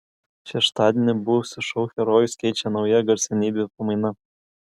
šeštadienį buvusius šou herojus keičia nauja garsenybių pamaina